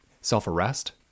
Self-arrest